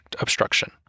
obstruction